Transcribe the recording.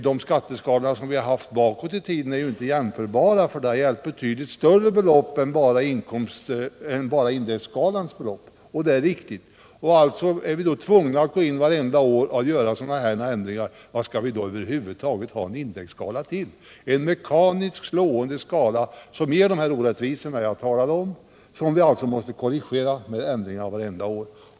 De skatteskalor som vi har haft bakåt i tiden är inte jämförbara med indexskalan, säger herr Josefson, för de har gällt betydligt större belopp. Ja, det är riktigt. Alltså är vi tvungna att gå in varje år och göra ändringar utöver indexskalan. Vad skall vi då över huvud taget ha en indexskala till? Herr Josefson vill ha en mekaniskt slående skala som ger de orättvisor jag har talat om och som alltså måste korrigeras genom ändringar varje år.